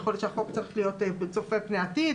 יכול להיות שהחוק צריך להיות צופה פני עתיד,